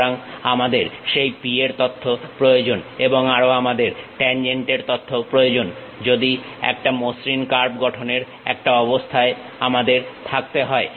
সুতরাং আমাদের সেই P এর তথ্য প্রয়োজন এবং আরো আমাদের ট্যানজেন্টের তথ্য প্রয়োজন যদি একটা মসৃণ কার্ভ গঠনের একটা অবস্থায় আমাদের থাকতে হয়